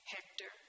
Hector